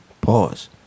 Pause